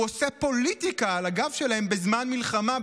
הוא עושה פוליטיקה על הגב שלהם בזמן מלחמה,